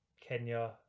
Kenya